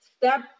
step